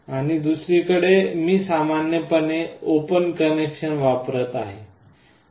आणि दुसरीकडे मी सामान्यपणे ओपन कनेक्शन वापरत आहे